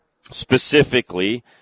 specifically